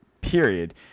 period